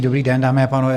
Dobrý den, dámy a pánové.